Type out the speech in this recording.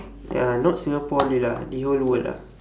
ya not singapore only lah the whole world lah